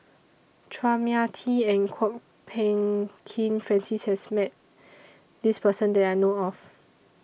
Chua Mia Tee and Kwok Peng Kin Francis has Met This Person that I know of